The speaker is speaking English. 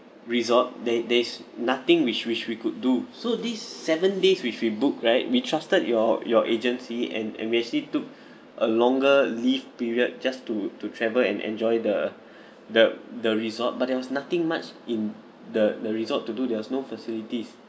resort there i~ there is nothing which which we could do so these seven days which we book right we trusted your your agency and enviously took a longer leave period just to to travel and enjoy the the the resort but there was nothing much in the the resort to do there was no facilities